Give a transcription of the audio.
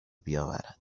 بیاورد